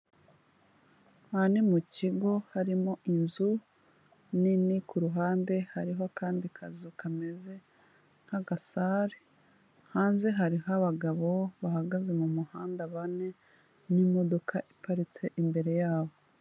Aha ni mu kigo, harimo inzu nini, ku ruhande hariho akandi kazu kameze nk'agasare, hanze hariho abagabo bahagaze mu muhanda bane, n'imodoka iparitse imbere yabo.